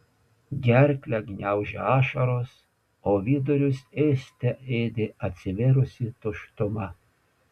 gerklę gniaužė ašaros o vidurius ėste ėdė atsivėrusi tuštuma